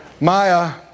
Maya